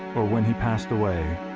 or when he passed away,